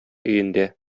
өендә